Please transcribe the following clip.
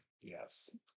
Yes